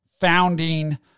founding